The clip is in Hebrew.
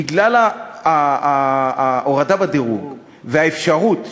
בגלל ההורדה בדירוג והאפשרות,